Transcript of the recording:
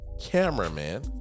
Cameraman